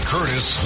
Curtis